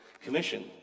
Commission